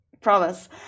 Promise